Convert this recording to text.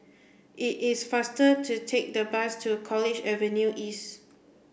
it is faster to take the bus to College Avenue East